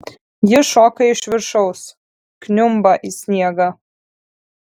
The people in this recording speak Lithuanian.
ji šoka iš viršaus kniumba į sniegą